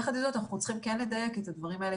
יחד עם זאת, אנחנו צריכים כן לדייק את הדברים האלה